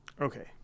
Okay